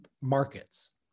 markets